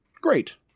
Great